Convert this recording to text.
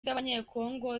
z’abanyekongo